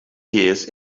years